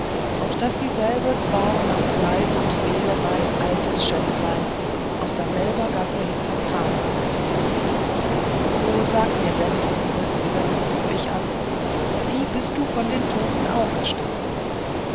und daß dieselbe zwar nach leib und seele mein altes schätzlein aus der melbergasse hinterm krahnen sei so sag mir denn ums himmels willen hob ich an wie bist du von den toten auferstanden